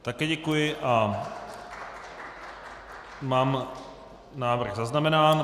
Také děkuji a mám návrh zaznamenán.